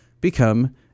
Become